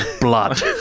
Blood